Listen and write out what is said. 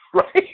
Right